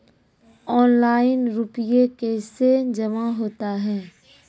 Online रुपये कैसे जमा होता हैं?